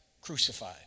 crucified